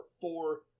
four